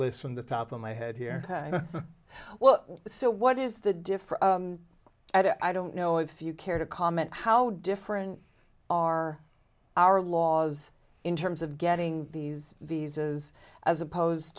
list from the top of my head here well so what is the difference i don't know if you care to comment how different are our laws in terms of getting these these is as opposed